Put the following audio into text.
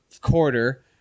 quarter